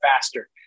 faster